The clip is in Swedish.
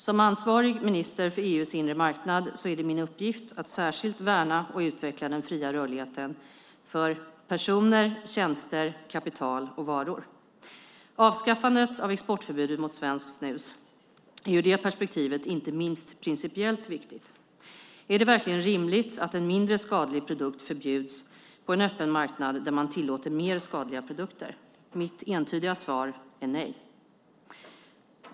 Som ansvarig minister för EU:s inre marknad är det min uppgift att särskilt värna och utveckla den fria rörligheten för personer, tjänster, kapital och varor. Avskaffandet av exportförbudet mot svenskt snus är ur det perspektivet inte minst principiellt viktigt. Är det verkligen rimligt att en mindre skadlig produkt förbjuds på en öppen marknad där man tillåter mer skadliga produkter? Mitt entydiga svar är nej.